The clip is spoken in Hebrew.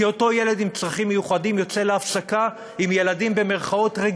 כי אותו ילד עם צרכים מיוחדים יוצא להפסקה עם ילדים "רגילים",